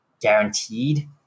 guaranteed